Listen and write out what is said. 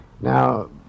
Now